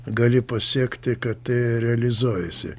gali pasekti kad realizuojasi